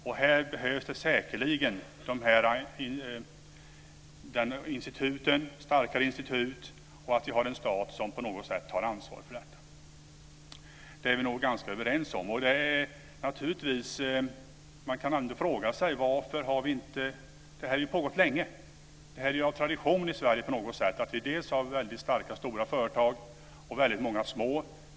Och här behövs säkerligen starkare institut och att staten på något sätt tar ansvar för detta. Det är vi nog ganska överens om. Detta har ju pågått länge. Det är på något sätt en tradition i Sverige att vi har väldigt starka stora företag och väldigt många små företag.